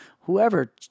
whoever